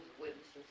Witnesses